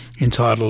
entitled